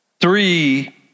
Three